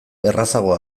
errazago